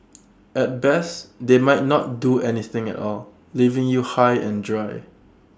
at best they might not do anything at all leaving you high and dry